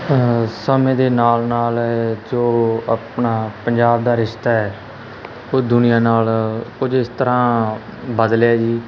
ਹਾਂ ਸਮੇਂ ਦੇ ਨਾਲ ਨਾਲ ਜੋ ਆਪਣਾ ਪੰਜਾਬ ਦਾ ਰਿਸ਼ਤਾ ਹੈ ਉਹ ਦੁਨੀਆ ਨਾਲ ਕੁਝ ਇਸ ਤਰ੍ਹਾਂ ਬਦਲਿਆ ਜੀ